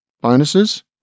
bonuses